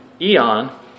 eon